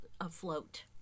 afloat